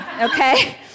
okay